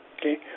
okay